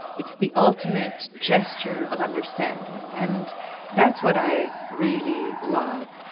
it's the ultimate gesture of understanding. and that's what i really love.